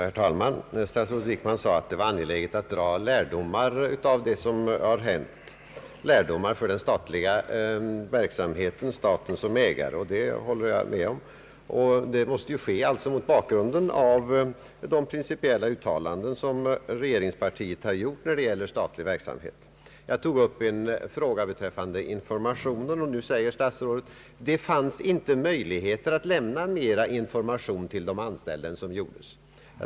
Herr talman! Statsrådet Wickman sade att det var angeläget att dra lärdomar av vad som har hänt när det gäller den verksamhet där staten är ägare. Det håller jag med om. Detta måste ske mot bakgrunden av de principiella uttalanden som regeringspartiet har gjort i fråga om statlig verksamhet. Jag tog upp en fråga beträffande informationen. Nu säger statsrådet att det inte fanns några möjligheter att lämna mera information till de anställda än som gjordes.